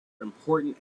important